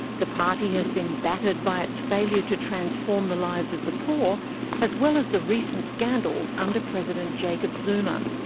the party has been battered by its failure to transform the lives of the poor as well as the recent scandals under president jacob zuma.